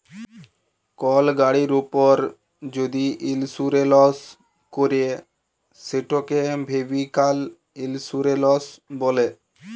call গাড়ির উপর যদি ইলসুরেলস ক্যরে সেটকে ভেহিক্যাল ইলসুরেলস ব্যলে